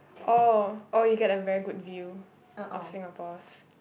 oh oh you get a very good view of Singapore's